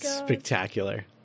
Spectacular